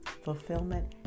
fulfillment